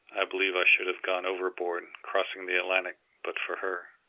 i believe i should have gone overboard, crossing the atlantic, but for her.